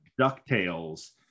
DuckTales